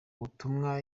butumwa